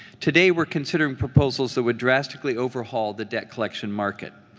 today we are considering proposals that would drastically overhaul the debt collection market.